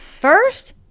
First